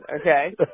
okay